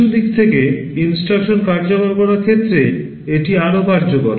কিছু দিক থেকে instruction কার্যকর করার ক্ষেত্রে এটি আরও কার্যকর